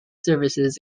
services